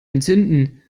entzünden